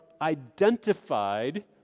identified